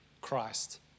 Christ